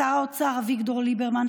לשר האוצר אביגדור ליברמן,